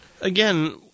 Again